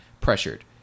pressured